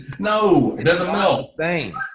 no, doesn't know. same,